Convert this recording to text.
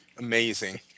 Amazing